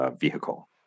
vehicle